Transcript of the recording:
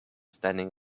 standing